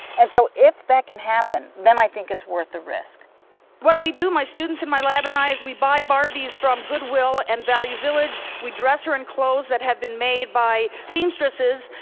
and so if that can happen, then i think it's worth the risk what we do, my students in my lab and i, is we buy barbies from goodwill and value village. we dress her in clothes that have been made by seamstresses,